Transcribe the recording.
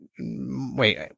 wait